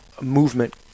movement